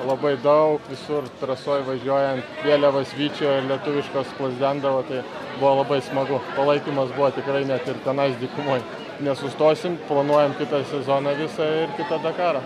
labai daug visur trasoj važiuojant vėliavos vyčio lietuviškos plazdendavo tai buvo labai smagu palaikymas buvo tikrai net ir tenais dykumoj nesustosim planuojam kitą sezoną visą ir dakarą